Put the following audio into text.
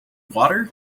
water